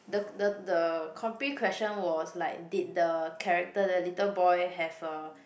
the the the compre question was like did the character the little boy have a